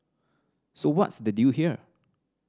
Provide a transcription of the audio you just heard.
so what's the deal here